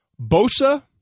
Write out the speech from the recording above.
Bosa